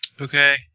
Okay